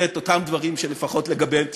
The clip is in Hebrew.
את אותם דברים שלפחות לגביהם תשתכנע,